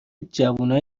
جوونای